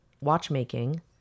watchmaking